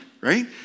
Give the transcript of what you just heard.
right